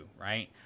right